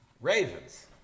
Ravens